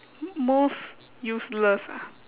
most useless ah